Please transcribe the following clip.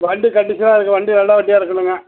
வண்டி கண்டிஷன்னாக இருக்க வண்டி நல்ல வண்டியாக இருக்கணுங்க